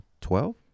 Twelve